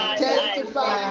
testify